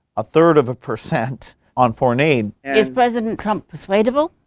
a third of a per cent on foreign aid. is president trump persuadable?